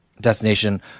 destination